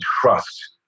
trust